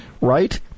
right